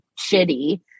shitty